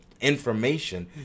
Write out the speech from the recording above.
information